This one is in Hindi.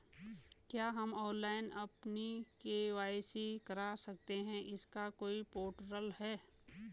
क्या हम ऑनलाइन अपनी के.वाई.सी करा सकते हैं इसका कोई पोर्टल है?